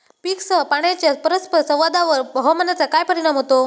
पीकसह पाण्याच्या परस्पर संवादावर हवामानाचा काय परिणाम होतो?